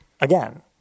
again